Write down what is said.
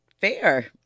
fair